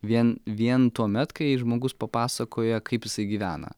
vien vien tuomet kai žmogus papasakoja kaip jisai gyvena